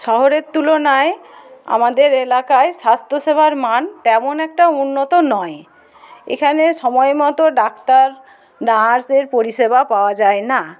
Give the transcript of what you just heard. শহরের তুলনায় আমাদের এলাকায় স্বাস্থ্যসেবার মান তেমন একটা উন্নত নয় এখানে সময় মতো ডাক্তার নার্সের পরিষেবা পাওয়া যায় না